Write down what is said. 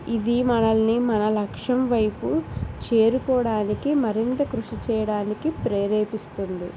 ఇది మనల్ని మన లక్ష్యం వైపు చేరుకోవడానికి మరింత కృషి చేయడానికి ప్రేరేపిస్తుంది